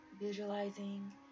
visualizing